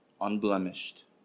unblemished